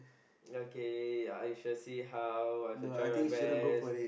okay I shall see how I shall try my best